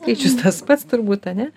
skaičius tas pats turbūt ane